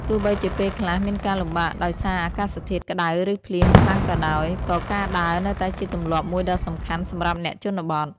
ទោះបីជាពេលខ្លះមានការលំបាកដោយសារអាកាសធាតុក្តៅឬភ្លៀងខ្លាំងក៏ដោយ ក៏ការដើរនៅតែជាទម្លាប់មួយដ៏សំខាន់សម្រាប់អ្នកជនបទ។